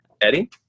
Eddie